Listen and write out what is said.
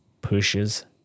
pushes